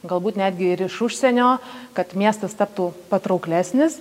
galbūt netgi ir iš užsienio kad miestas taptų patrauklesnis